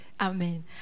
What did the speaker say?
Amen